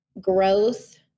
growth